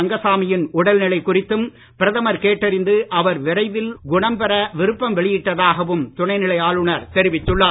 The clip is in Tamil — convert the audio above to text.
ரங்கசாமியின் உடல்நிலை குறித்தும் பிரதமர் கேட்டறிந்து அவர் விரைவில் குணம் பெற விருப்பம் வெளியிட்டதாகவும் துணைநிலை ஆளுநர் தெரிவித்துள்ளார்